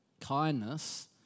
kindness